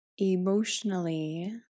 emotionally